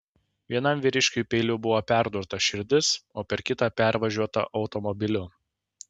vienam vyriškiui peiliu buvo perdurta širdis o per kitą pervažiuota automobiliu